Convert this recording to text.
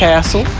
castle.